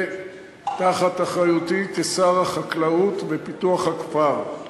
תחת אחריותי כשר החקלאות ופיתוח הכפר.